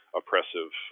oppressive